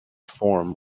form